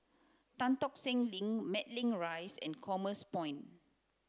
Tan Tock Seng Link Matlock Rise and Commerce Point